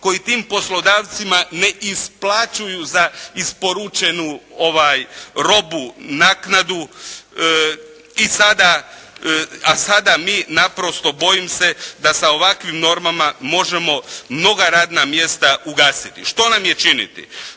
koji tim poslodavcima ne isplaćuju za isporučenu robu naknadu, a sada mi naprosto, bojim se da sa ovakvim normama možemo mnoga radna mjesta ugasiti. Što nam je činiti?